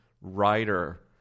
writer